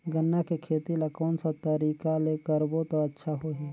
गन्ना के खेती ला कोन सा तरीका ले करबो त अच्छा होही?